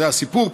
זה הסיפור,